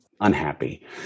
unhappy